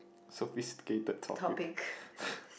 sophisticated topic